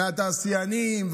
התעשיינים,